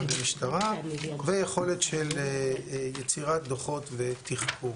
והמשטרה ויכול להיות שיצירת דוחות ותחקור.